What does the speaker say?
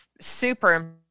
super